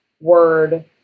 word